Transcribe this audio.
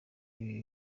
ibi